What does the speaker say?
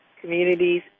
communities